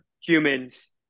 Humans